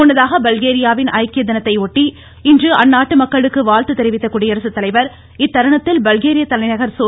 முன்னதாக பல்கேரியாவின் ஐக்கிய தினத்தையொட்டி இன்று அந்நாட்டு மக்களுக்கு வாழ்த்து தெரிவித்த குடியரசுத்தலைவர் இத்தருணத்தில் பல்கேரிய தலைநகர் சோ